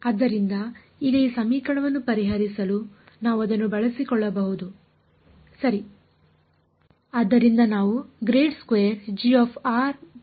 ಆದ್ದರಿಂದ ಈಗ ಈ ಸಮೀಕರಣವನ್ನು ಪರಿಹರಿಸಲು ನಾವು ಅದನ್ನು ಬಳಸಿಕೊಳ್ಳಬಹುದು ಸರಿ